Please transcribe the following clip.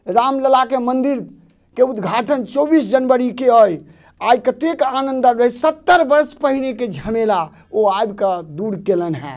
रामललाके मंदिरके उद्घाटन चौबीस जनवरीके अछि आइ कतेक आनन्द अबैया सत्तरि बरस पअहिनेके झमेला ओ आबिके दूर कयलनि हेँ